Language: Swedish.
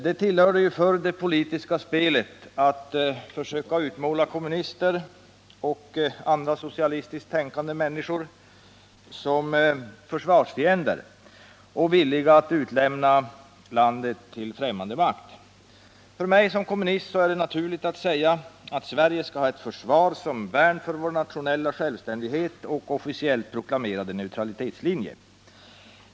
Det tillhörde förr det politiska spelet att försöka utmåla kommunister och andra socialistiskt tänkande människor som försvarsfiender som var villiga att utlämna landet till fftäömmande makt. För mig som kommunist är det naturligt att säga att Sverige skall ha ett försvar som värn för vår nationella självständighet och officiellt proklamerade neutralitetslinje.